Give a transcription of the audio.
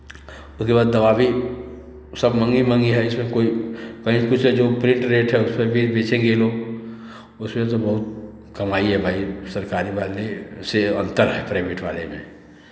उसके बाद दवा भी सब महंगी महंगी है इसमें कोई कहीं कुछ है जो प्रिन्ट रेट है उसपे भी बेचेंगे ये लोग उसमें तो बहुत कमाई है भाई सरकारी वाले से अंतर है प्राइभेट वाले में